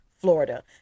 florida